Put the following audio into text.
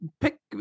pick